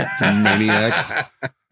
maniac